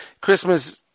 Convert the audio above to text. Christmas